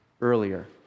earlier